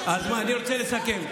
אני רוצה לסכם.